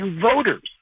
voters